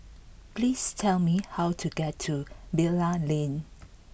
please tell me how to get to Bilal Lane